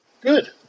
Good